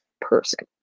person